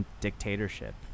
dictatorship